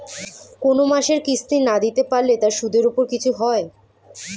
কোন মাসের কিস্তি না দিতে পারলে তার সুদের উপর কিছু হয়?